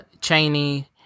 Cheney